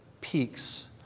peaks